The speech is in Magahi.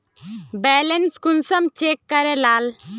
बैलेंस कुंसम चेक करे लाल?